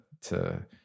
to-